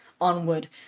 onward